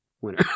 winner